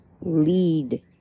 Lead